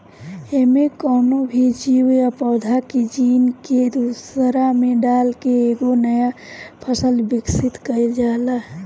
एमे कवनो भी जीव या पौधा के जीन के दूसरा में डाल के एगो नया फसल विकसित कईल जाला